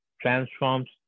transforms